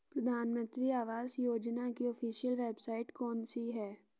प्रधानमंत्री आवास योजना की ऑफिशियल वेबसाइट कौन सी है?